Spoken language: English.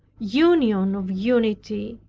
union of unity,